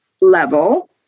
level